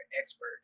expert